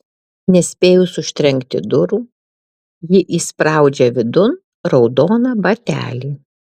nespėjus užtrenkti durų ji įspraudžia vidun raudoną batelį